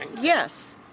Yes